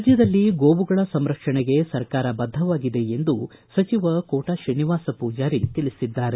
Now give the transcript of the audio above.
ರಾಜ್ಯದಲ್ಲಿ ಗೋವುಗಳ ಸಂರಕ್ಷಣೆಗೆ ಸರ್ಕಾರ ಬದ್ದವಾಗಿದೆ ಎಂದು ಸಚಿವ ಕೋಟಾ ತ್ರೀನಿವಾಸ ಪೂಜಾರಿ ತಿಳಿಸಿದ್ದಾರೆ